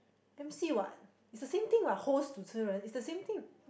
emcee [what] it's the same thing [what] host 主持人 it's the same thing